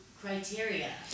criteria